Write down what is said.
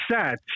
set